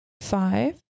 Five